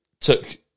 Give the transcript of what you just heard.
took